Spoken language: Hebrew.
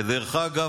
דרך אגב,